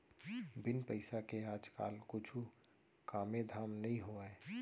बिन पइसा के आज काल कुछु कामे धाम नइ होवय